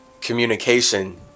communication